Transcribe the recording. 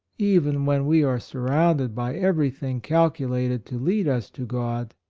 even when we are surrounded by every thing calculated to lead us to god,